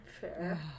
Fair